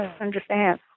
understand